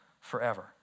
forever